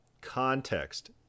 context